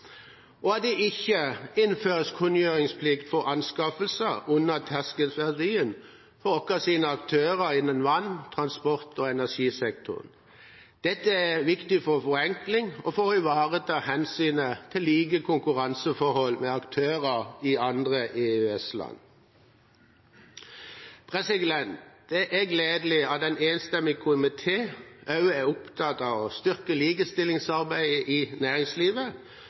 og at det ikke skal innføres kunngjøringsplikt for anskaffelser under terskelverdien for våre aktører innen vann, transport og energisektoren. Dette er viktig for forenkling og for å ivareta hensynet til like konkurranseforhold som aktører i andre EØS-land. Det er gledelig at en enstemmig komité også er opptatt av å styrke likestillingsarbeidet i næringslivet,